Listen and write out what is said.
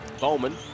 Bowman